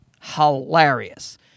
hilarious